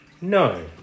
No